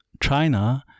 China